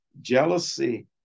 jealousy